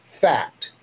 fact